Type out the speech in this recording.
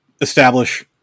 establish